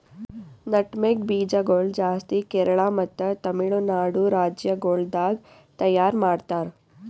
nutmeg ಬೀಜ ಗೊಳ್ ಜಾಸ್ತಿ ಕೇರಳ ಮತ್ತ ತಮಿಳುನಾಡು ರಾಜ್ಯ ಗೊಳ್ದಾಗ್ ತೈಯಾರ್ ಮಾಡ್ತಾರ್